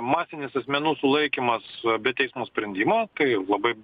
masinis asmenų sulaikymas be teismo sprendimo tai labai